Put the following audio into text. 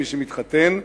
מי שמתחתן,